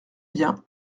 bien